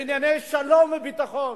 בענייני שלום וביטחון.